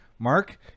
Mark